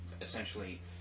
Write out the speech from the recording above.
essentially